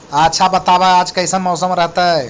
आच्छा बताब आज कैसन मौसम रहतैय?